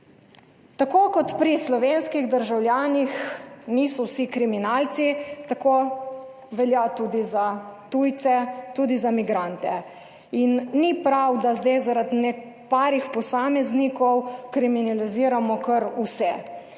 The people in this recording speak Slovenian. Tako kot pri slovenskih državljanih niso vsi kriminalci, tako velja tudi za tujce, tudi za migrante. Ni prav, da zdaj zaradi parih posameznikov kriminaliziramo kar vse.